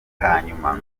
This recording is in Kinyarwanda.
hanyuma